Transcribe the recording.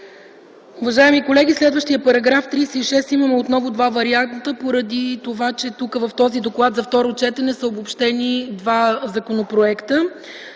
Уважаеми колеги, следващият § 36 има отново два варианта, поради това че в доклада за второ четене са обобщени два законопроекта.